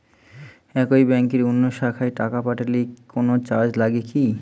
একই ব্যাংকের অন্য শাখায় টাকা পাঠালে কোন চার্জ লাগে কি?